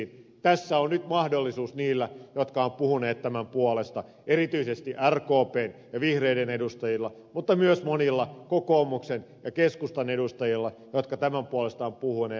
tässä on nyt mahdollisuus niillä jotka ovat puhuneet tämän puolesta erityisesti rkpn ja vihreiden edustajilla mutta myös monilla kokoomuksen ja keskustan edustajilla jotka tämän puolesta ovat puhuneet